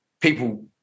people